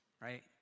Right